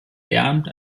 lehramt